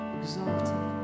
exalted